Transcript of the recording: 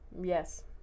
Yes